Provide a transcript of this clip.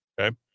okay